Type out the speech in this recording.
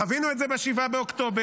חווינו את זה ב-7 באוקטובר,